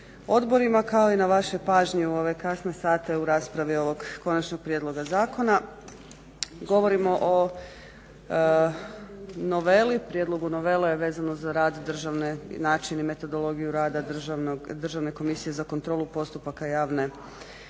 odborima kao i na vašoj pažnji u ove kasne sate u raspravi ovog Konačnog prijedloga zakona. Govorimo o noveli, prijedlogu novele vezano za rad državne i način i metodologiju rada Državne komisije za kontrolu postupaka javne nabave